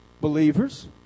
Believers